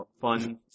fun